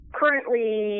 currently